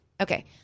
Okay